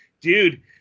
dude